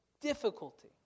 difficulty